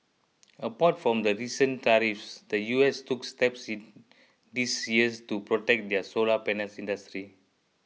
apart from the recent tariffs the US took steps in this years to protect their solar panel industry